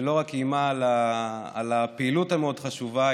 שלא רק איימה על הפעילות החשובה מאוד,